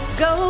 go